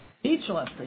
Speechless